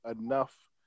enough